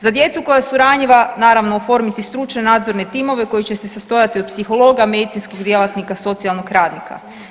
Za djecu koja su ranjiva naravno oformiti stručne nadzorne timove koji će se sastojati od psihologa, medicinskog djelatnika, socijalnog radnika.